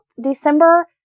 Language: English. December